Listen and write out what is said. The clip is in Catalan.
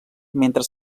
mentre